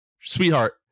sweetheart